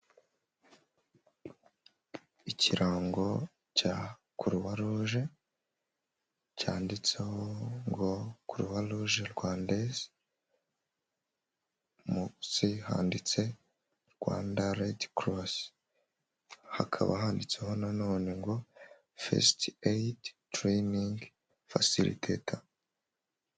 Ikirango cya kuruwa ruje cyanditseho ngo kuruwa ruje Rwandeze, munsi handitse Rwanda redi korosi, hakaba handitseho na nonene ngo fesite eyidi tereyiningi fasiriteta.